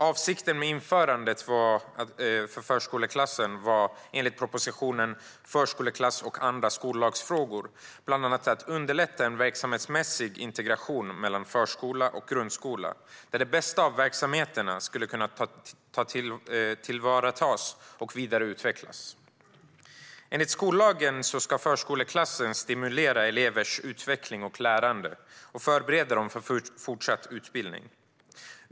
Avsikten med införandet var enligt propositionen Förskoleklass och andra skollagsfrågor bland annat att underlätta en verksamhetsmässig integration mellan förskola och grundskola där de bästa av verksamheterna skulle kunna tillvaratas och vidareutvecklas. Enligt skollagen ska förskoleklassen stimulera elevers utveckling och lärande och förbereda dem för fortsatt utbildning.